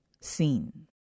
seen